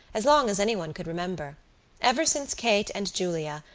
as long as anyone could remember ever since kate and julia,